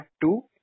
two